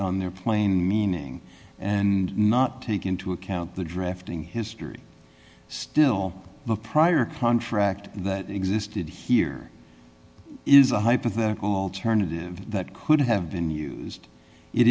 contract there plain meaning and not take into account the drafting history still the prior contract that existed here it is a hypothetical alternative that could have been used it